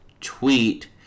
tweet